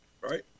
right